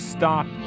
Stop